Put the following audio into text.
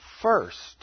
first